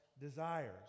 desires